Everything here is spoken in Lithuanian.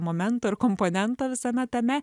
momento ir komponento visame tame